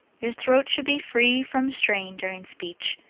your throat should be free from strain during speech,